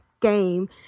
game